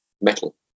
metal